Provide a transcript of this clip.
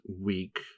week